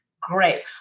great